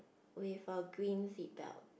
with a green seatbelt